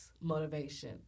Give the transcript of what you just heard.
motivation